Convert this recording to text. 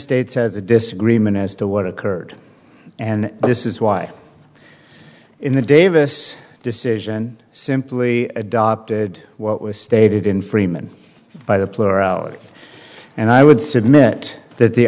states has a disagreement as to what occurred and this is why in the davis decision simply adopted what was stated in freeman by the plurality and i would submit that the